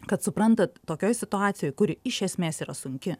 kad suprantat tokioj situacijoj kuri iš esmės yra sunki